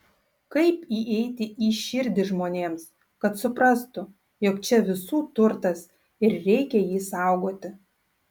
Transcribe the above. kaip įeiti į širdį žmonėms kad suprastų jog čia visų turtas ir reikia jį saugoti